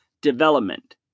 development